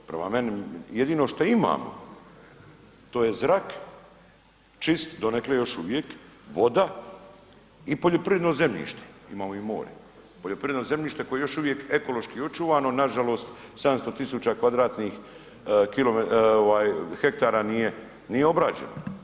Prema meni, jedino što imamo to je zrak, čist donekle još uvijek, voda i poljoprivredno zemljište, imamo i more, poljoprivredno zemljište koje je još uvijek ekološki očuvano nažalost 700.000 kvadratnih ovaj hektara nije ni obrađeno.